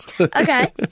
Okay